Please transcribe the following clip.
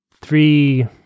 three